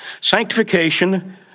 Sanctification